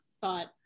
thought